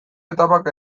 etapak